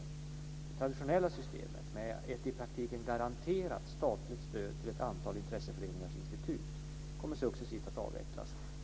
Det traditionella systemet med ett i praktiken "garanterat" statligt stöd till ett antal intresseföreningars institut kommer successivt att avvecklas.